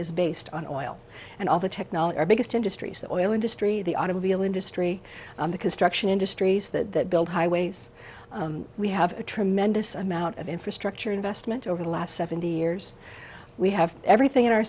is based on oil and all the technology our biggest industries that oil industry the automobile industry the construction industries that build highways we have a tremendous amount of infrastructure investment over the last seventy years we have everything in our